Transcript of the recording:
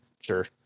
sure